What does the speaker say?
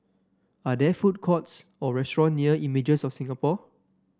are there food courts or restaurant near Images of Singapore